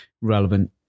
relevant